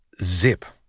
zip.